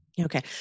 Okay